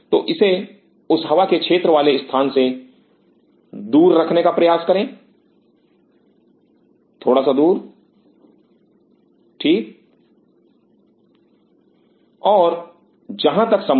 तो इसे उस हवा के क्षेत्र वाले स्थान से दूर रखने का प्रयास करें और जहां तक संभव हो